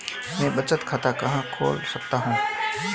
मैं बचत खाता कहां खोल सकता हूं?